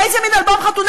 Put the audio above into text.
איזה מין אלבום חתונה,